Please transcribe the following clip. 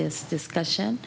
this discussion